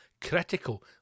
critical